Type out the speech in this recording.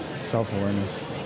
self-awareness